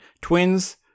Twins